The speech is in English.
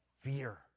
fear